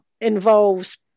Involves